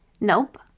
Nope